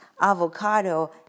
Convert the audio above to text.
avocado